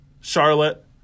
Charlotte